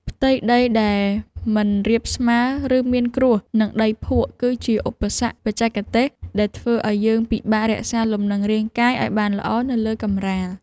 ផ្ទៃដីដែលមិនរាបស្មើ ឬមានគ្រួស និងដីភក់ គឺជាឧបសគ្គបច្ចេកទេសដែលធ្វើឱ្យយើងពិបាករក្សាលំនឹងរាងកាយឱ្យបានល្អនៅលើកម្រាល។